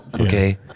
okay